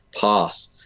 pass